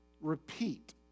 repeat